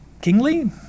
kingly